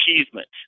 achievement